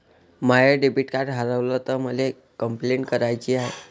माय debit card हारवल तर मले कंपलेंट कराची हाय